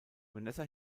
vanessa